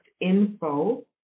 INFO